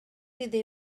iddi